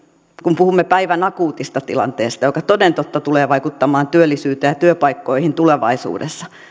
kun puhumme päivän akuutista tilanteesta joka toden totta tulee vaikuttamaan työllisyyteen ja työpaikkoihin tulevaisuudessa että